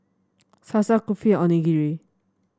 Salsa Kulfi Onigiri